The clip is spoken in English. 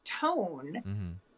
tone